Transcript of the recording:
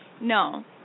no